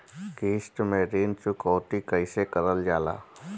किश्त में ऋण चुकौती कईसे करल जाला?